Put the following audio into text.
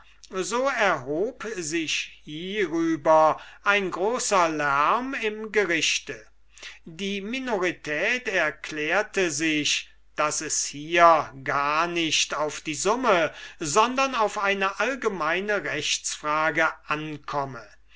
so erhub sich hierüber ein großer lerm im gerichte die minorität erklärte sich daß es hier gar nicht auf die summe sondern auf eine allgemeine rechtsfrage ankomme